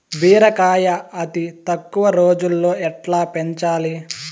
బీరకాయ అతి తక్కువ రోజుల్లో ఎట్లా పెంచాలి?